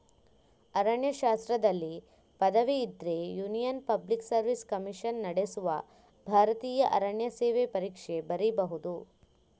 ಅರಣ್ಯಶಾಸ್ತ್ರದಲ್ಲಿ ಪದವಿ ಇದ್ರೆ union public service commission ನಡೆಸುವ ಭಾರತೀಯ ಅರಣ್ಯ ಸೇವೆ ಪರೀಕ್ಷೆ ಬರೀಬಹುದು